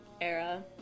era